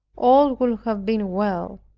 all would have been well.